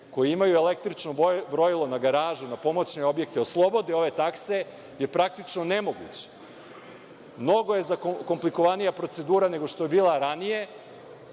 koji imaju električno brojilo na garaži, na pomoćnim objektima, oslobode se ove takse je praktično nemoguće. Mnogo je komplikovanija procedura nego što je bila ranije